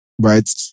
right